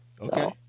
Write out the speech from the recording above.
Okay